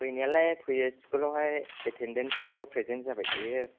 फैनायालाय फैयो स्कुलआवहाय एथेनदेन्सआथ' प्रेजेन्थ जाबाय थायो